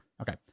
Okay